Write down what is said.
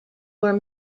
were